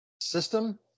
system